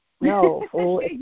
No